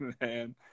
man